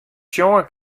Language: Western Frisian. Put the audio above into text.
sjonge